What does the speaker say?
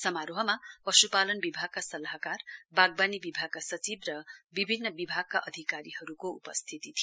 समारोहमा पश्पालन विभागका सल्लाहकार बागवानी विभागका सचिव र विभिन्न विभागका अधिकारीहरूको उपस्थिति थियो